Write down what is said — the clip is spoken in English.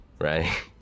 right